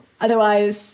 Otherwise